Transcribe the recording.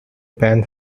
pan